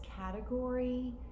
category